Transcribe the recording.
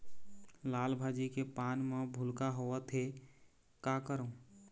लाल भाजी के पान म भूलका होवथे, का करों?